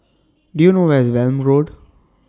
Do YOU know Where IS Welm Road